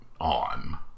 on